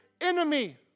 enemy